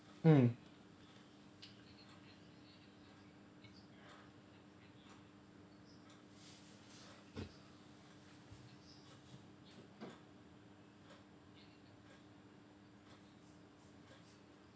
mm